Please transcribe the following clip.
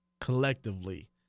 collectively